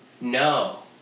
no